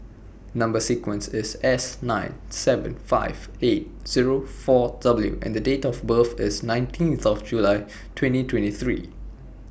Number sequence IS S nine seven five eight Zero four W and The Date of birth IS nineteenth of July twenty twenty three